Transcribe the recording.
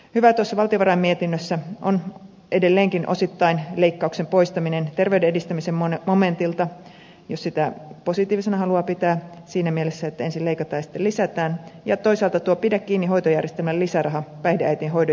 hyvää tuossa valtiovarain mietinnössä on edelleenkin osittain leikkauksen poistaminen terveyden edistämisen momentilta jos sitä positiivisena haluaa pitää siinä mielessä että ensin leikataan ja sitten lisätään ja toisaalta tuo pidä kiinni hoitojärjestelmän lisäraha päihdeäitien hoidon järjestämiseen